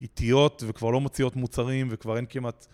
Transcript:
איטיות וכבר לא מוציאות מוצרים וכבר אין כמעט